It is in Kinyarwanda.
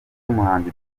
y’umuhanzi